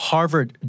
Harvard